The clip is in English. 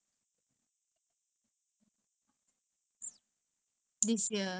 eh no lah I I just want to go at least one overseas trip through school